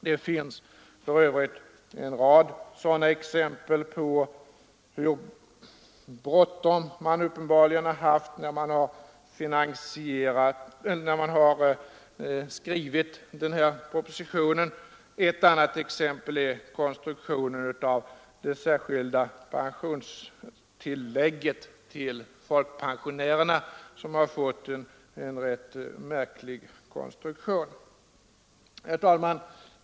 Det finns för övrigt en rad exempel på hur bråttom man uppenbarligen har haft när man skrivit denna proposition. Ett annat exempel är det särskilda pensionstillägget till folkpensionärerna, vilket fått en rätt märklig konstruktion. Herr talman!